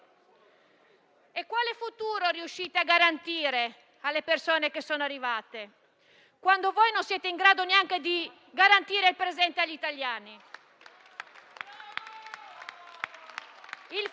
Quale futuro riuscite a garantire alle persone che sono arrivate, quando non siete neanche in grado di garantire il presente agli italiani?